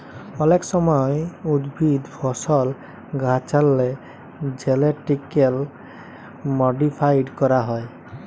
অলেক সময় উদ্ভিদ, ফসল, গাহাচলাকে জেলেটিক্যালি মডিফাইড ক্যরা হয়